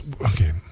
okay